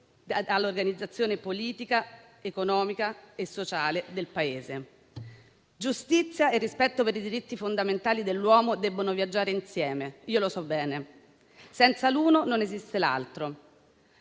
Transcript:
all'organizzazione politica, economica e sociale del Paese». Giustizia e rispetto per i diritti fondamentali dell'uomo - lo so bene - devono viaggiare insieme, in quanto senza l'uno non esiste l'altro,